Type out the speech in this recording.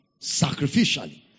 sacrificially